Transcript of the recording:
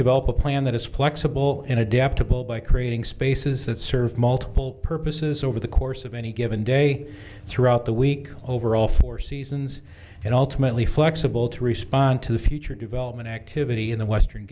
develop a plan that is flexible and adaptable by creating spaces that serve multiple purposes over the course of any given day throughout the week over all four seasons and ultimately flexible to respond to future development activity in the western